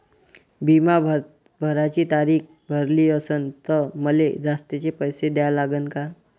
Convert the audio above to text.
बिमा भराची तारीख भरली असनं त मले जास्तचे पैसे द्या लागन का?